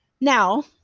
Now